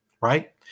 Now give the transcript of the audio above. Right